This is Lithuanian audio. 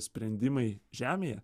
sprendimai žemėje